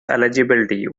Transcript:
eligibility